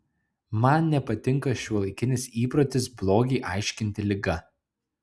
man nepatinka šiuolaikinis įprotis blogį aiškinti liga